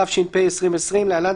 התש"ף 2020‏ (להלן,